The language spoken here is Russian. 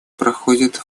проходит